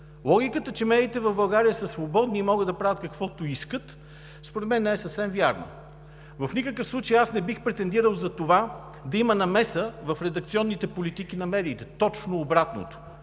Логиката, че медиите в България са свободни и могат да правят каквото искат, според мен не е съвсем вярна. В никакъв случай аз не бих претендирал за това да има намеса в редакционните политики на медиите. Точно обратното,